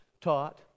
taught